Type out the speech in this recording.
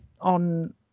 on